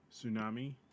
tsunami